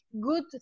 good